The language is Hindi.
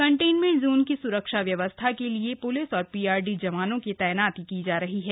कंटेनमेंट जोन की सुरक्षा व्यवस्था के लिए प्लिस और पीआरडी जवानों की तैनाती की जा रही है